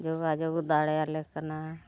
ᱡᱳᱜᱟᱡᱳᱜ ᱫᱟᱲᱮᱭᱟᱞᱮ ᱠᱟᱱᱟ